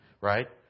right